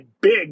big